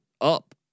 up